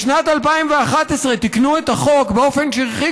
בשנת 2011 תיקנו את החוק באופן שהרחיק